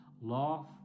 Love